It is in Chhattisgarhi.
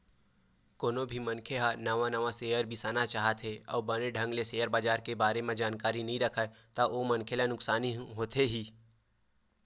कोनो भी मनखे ह नवा नवा सेयर बिसाना चाहथे अउ बने ढंग ले सेयर बजार के बारे म जानकारी नइ राखय ता ओ मनखे ला नुकसानी होथे ही